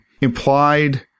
implied